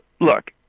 look